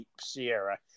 Sierra